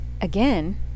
again